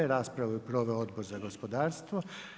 Raspravu je proveo Odbor za gospodarstvo.